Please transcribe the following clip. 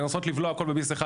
לנסות לבלוע הכל בביס אחד,